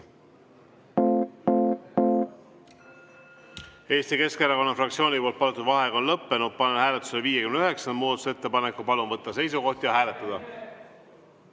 Eesti Keskerakonna fraktsiooni palutud vaheaeg on lõppenud. Panen hääletusele 59. muudatusettepaneku. Palun võtta seisukoht ja hääletada!